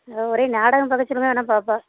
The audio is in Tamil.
அவள் ஒரே நாடகம் பார்க்க சொல்லுங்கள் வேணா பார்ப்பா